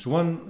one